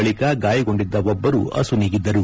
ಬಳಿಕ ಗಾಯಗೊಂಡಿದ್ದ ಒಬ್ಬರು ಅಸುನೀಗಿದ್ದರು